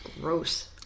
gross